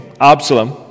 Absalom